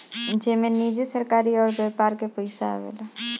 जेमे निजी, सरकारी अउर व्यापार के पइसा आवेला